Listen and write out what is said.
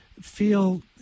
feel